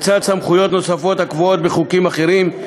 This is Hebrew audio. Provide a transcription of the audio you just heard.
לצד סמכויות נוספות הקבועות בחוקים אחרים,